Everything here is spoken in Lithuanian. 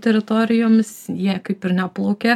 teritorijomis jie kaip ir neplaukė